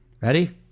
Ready